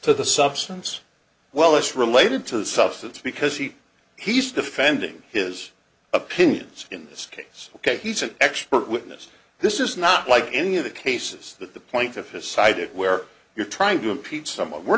to the substance well it's related to the substance because he he's defending his opinions in this case ok he's an expert witness this is not like any of the cases that the point of his side it where you're trying to impeach some